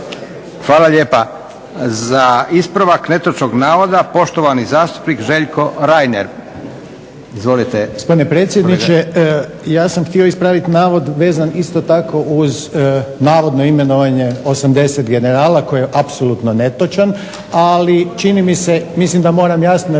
Hvala lijepa. Za ispravak netočnog navoda, poštovani zastupnik Željko Reiner. Izvolite. **Reiner, Željko (HDZ)** Gospodine predsjedniče, ja sam htio ispraviti navod vezan isto tako uz navodno imenovanje 80 generala koji je apsolutno netočan, ali čini mi se, mislim da moram jasno reći